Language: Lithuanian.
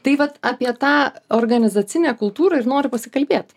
tai vat apie tą organizacinę kultūrą ir noriu pasikalbėt